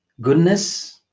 Goodness